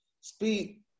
speak